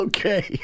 Okay